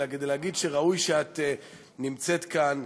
אלא כדי להגיד שראוי שאת נמצאת כאן,